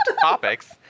topics